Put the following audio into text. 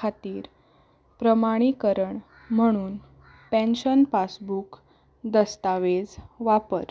खातीर प्रमाणीकरण म्हणून पॅन्शन पासबूक दस्तावेज वापर